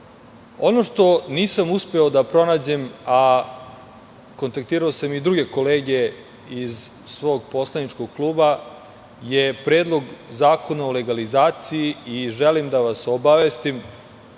što nisam uspeo da pronađem, a kontaktirao sam i druge kolege iz svog poslaničkog kluba je Predlog zakona o legalizaciji. Želim da vas obavestim,